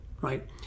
right